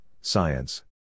science